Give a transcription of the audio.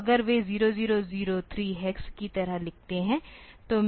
तो अगर वे 0003 हेक्स की तरह लिखते हैं